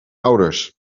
ouders